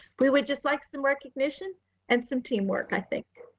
we would just like some recognition and some teamwork i think.